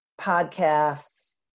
podcasts